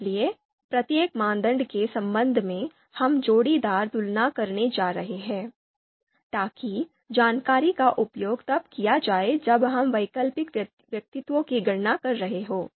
इसलिए प्रत्येक मानदंड के संबंध में हम जोड़ीदार तुलना करने जा रहे हैं ताकि जानकारी का उपयोग तब किया जाए जब हम वैकल्पिक व्यक्तित्वों की गणना कर रहे हों